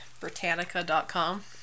Britannica.com